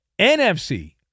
NFC